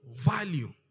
value